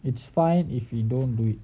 it's fine if you don't do it